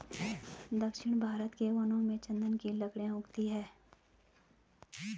दक्षिण भारत के वनों में चन्दन की लकड़ी उगती है